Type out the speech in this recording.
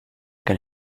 can